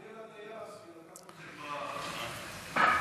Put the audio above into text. תודה לטייס שלקח אתכם,